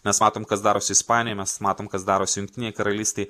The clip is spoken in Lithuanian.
mes matom kas darosi ispanijoj mes matom kas darosi jungtinėj karalystėj